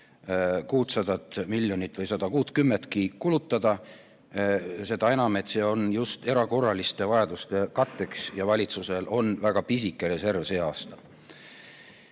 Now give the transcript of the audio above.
600 miljonit või 160 miljonitki kulutada. Seda enam, et see on just erakorraliste vajaduste katteks ja valitsusel on väga pisike reserv sel aastal.